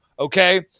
Okay